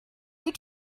you